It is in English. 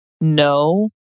no